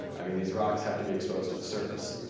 i mean these rocks have to be exposed to the surface.